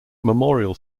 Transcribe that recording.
memorial